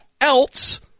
else